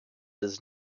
does